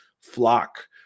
flock